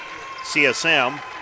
CSM